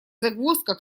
загвоздка